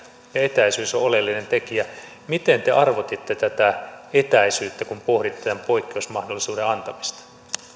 etäisyys on oleellinen tekijä niin miten te arvotitte tätä etäisyyttä kun pohditte tämän poikkeusmahdollisuuden antamista